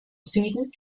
süden